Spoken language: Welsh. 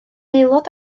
aelod